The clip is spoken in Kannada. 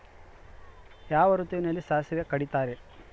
ಯಾವ ಋತುವಿನಲ್ಲಿ ಸಾಸಿವೆ ಕಡಿತಾರೆ?